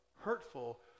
hurtful